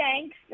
thanks